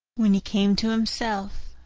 when he came to himself,